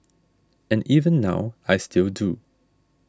and even now I still do